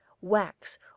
WAX